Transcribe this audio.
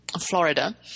Florida